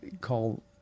call